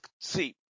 see